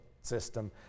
system